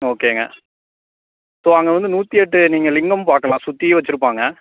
ஓகேங்க ஸோ அங்கே வந்து நூற்றி எட்டு நீங்கள் லிங்கம் பார்க்கலாம் சுற்றியும் வைச்சுருப்பாங்க